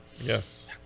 yes